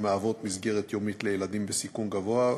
המהוות מסגרת יומית לילדים בסיכון גבוה,